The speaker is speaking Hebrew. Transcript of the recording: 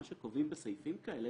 מה שקובעים בסעיפים כאלה,